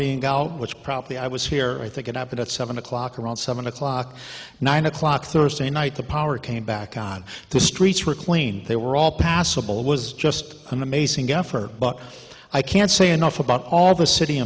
being which probably i was here i think it up at seven o'clock around seven o'clock nine o'clock thursday night the power came back on the streets were clean they were all passable was just an amazing effort but i can't say enough about all the city